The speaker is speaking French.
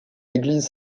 église